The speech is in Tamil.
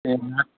வேணும்னா